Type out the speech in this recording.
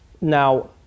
Now